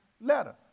letter